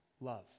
love